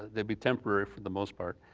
they'd be temporary for the most part,